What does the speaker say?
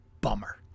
bummer